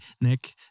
Nick